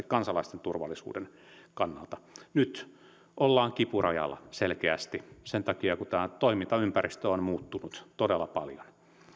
kansalaisten turvallisuuden kannalta nyt ollaan kipurajalla selkeästi sen takia että tämä toimintaympäristö on muuttunut todella paljon